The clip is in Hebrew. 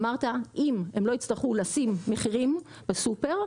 אמרת אם הם לא יצטרכו לקודד מחירים בסופר,